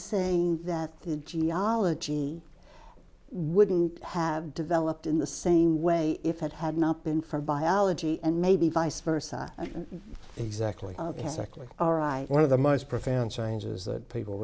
saying that the geology wouldn't have developed in the same way if it had not been for biology and maybe vice versa exactly the second all right one of the most profound changes that people